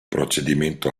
procedimento